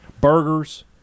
Burgers